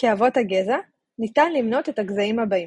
כאבות הגזע ניתן למנות את הגזעים הבאים